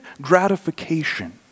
gratification